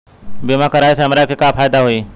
बीमा कराए से हमरा के का फायदा होई?